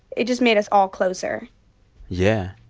it just made us all closer yeah.